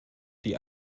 die